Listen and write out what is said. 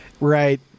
right